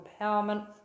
empowerment